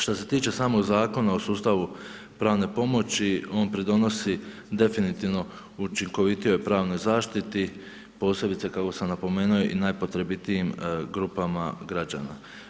Što se tiče samog zakona o sustavu pravne pomoći on pridonosi definitivno učinkovitijoj pravnoj zaštiti posebice kako sam napomenu i najpotrebitijim grupama građana.